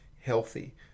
healthy